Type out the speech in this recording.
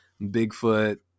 Bigfoot